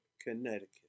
Connecticut